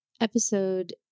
episode